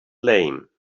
lame